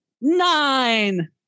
Nine